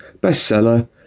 bestseller